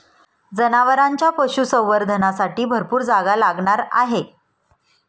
जनावरांच्या पशुसंवर्धनासाठी भरपूर जागा लागणार आहे